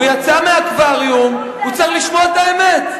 הוא יצא מהאקווריום, הוא צריך לשמוע את האמת.